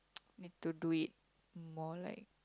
need to do it more like